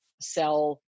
sell